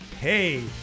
hey